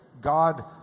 God